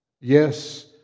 Yes